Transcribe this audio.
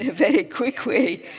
ah very quickly.